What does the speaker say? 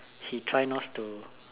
she try not to